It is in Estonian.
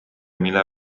mille